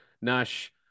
Nash